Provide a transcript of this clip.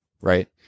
right